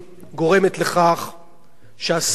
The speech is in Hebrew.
שהסיכוי לפתרון של שתי מדינות